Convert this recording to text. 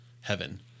heaven